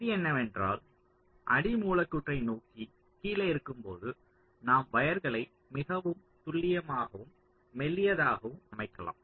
விதி என்னவென்றால் அடி மூலக்கூறை நோக்கி கீழே இருக்கும்போது நாம் வயர்களை மிகவும் துல்லியமாகவும் மெல்லியதாகவும் அமைக்கலாம்